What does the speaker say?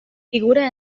figura